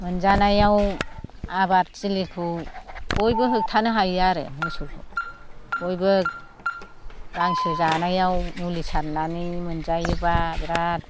मोनजानायाव आबादथिलिखौ बयबो होबथानो हायो आरो मोसौखौ बयबो गांसो जानायाव मुलि सारनानै मोनजायोबा बिराथ